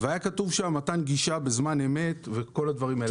והיה כתוב שם מתן גישה בזמן אמת וכל הדברים האלה.